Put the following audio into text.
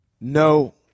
no